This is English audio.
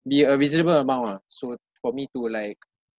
be a reasonable amount ah so for me to like